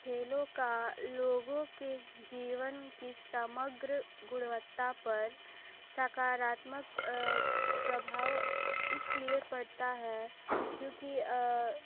खेलों का लोगों के जीवन की समग्र गुणवत्ता पर सकारात्मक प्रभाव इसलिए पड़ता है क्योंकि